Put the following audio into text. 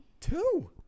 Two